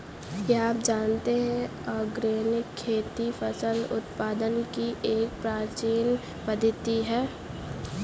क्या आप जानते है ऑर्गेनिक खेती फसल उत्पादन की एक प्राचीन पद्धति है?